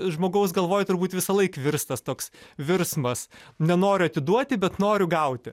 žmogaus galvoj turbūt visąlaik virs tas toks virsmas nenoriu atiduoti bet noriu gauti